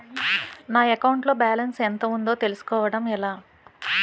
నా అకౌంట్ లో బాలన్స్ ఎంత ఉందో తెలుసుకోవటం ఎలా?